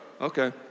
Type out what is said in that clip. okay